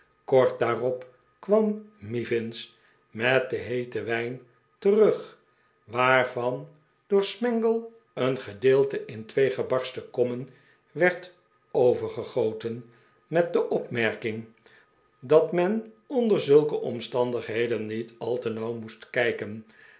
kort daarop kwam mivins met den he e ten wijn terug waarvan door smangle een gedeelte in twee gebarsten kommen werd overgegoten met de opmerking dat men onder zulke cmstandigheden niet al te nauw moest kijken